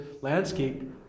landscape